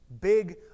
big